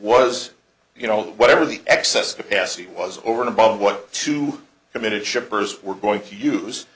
was you know whatever the excess capacity was over and above what two committed shippers were going to use